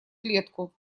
клетку